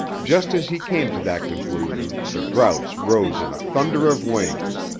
just as he came to that conclusion, the grouse rose in a thunder of wings.